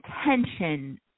attention